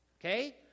Okay